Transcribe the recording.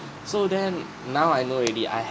so then now I know already I